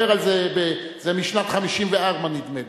זה משנת 1954, נדמה לי.